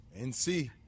NC